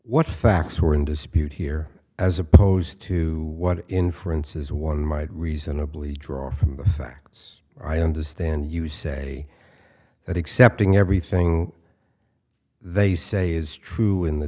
what facts are in dispute here as opposed to what inferences one might reasonably draw from the facts i understand you say that accepting everything they say is true in the